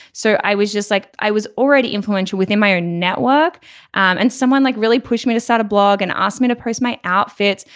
so i was just like i was already influential within my own network and someone like really pushed me to start a blog and asked me to post my outfits.